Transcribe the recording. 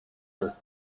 were